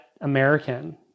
American